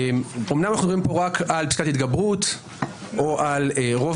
אמנם אנחנו מדברים פה רק על פסיקת התגברות או על רוב